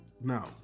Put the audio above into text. No